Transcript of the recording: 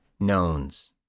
knowns